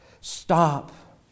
stop